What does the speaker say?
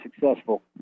successful